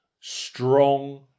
strong